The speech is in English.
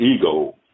ego